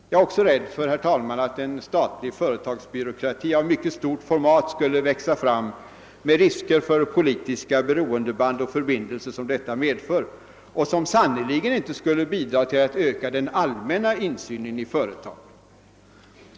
Jag är också rädd för att en statlig företagsbyråkrati av mycket stort format skulle växa fram, med de risker för politiska beroendeband och förbindelser som detta medför, vilket sannerligen inte bidrar till att öka den allmänna insynen i företagen.